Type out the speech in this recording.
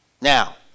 Now